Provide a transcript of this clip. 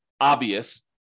obvious